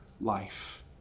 life